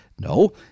No